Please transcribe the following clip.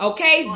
Okay